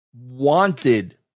wanted